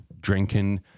drinking